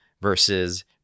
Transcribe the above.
versus